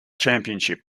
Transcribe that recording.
championship